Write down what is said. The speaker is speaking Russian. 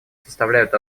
составляют